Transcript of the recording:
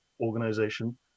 organization